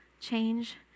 Change